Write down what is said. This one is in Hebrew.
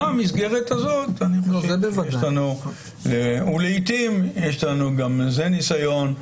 במסגרת הזאת אני חושב שיש לנו לעתים גם בזה ניסיון.